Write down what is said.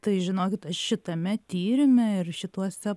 tai žinokit aš šitame tyrime ir šituose